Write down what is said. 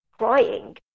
crying